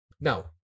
now